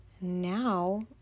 Now